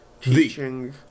Teaching